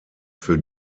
für